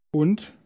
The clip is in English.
Und